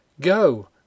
Go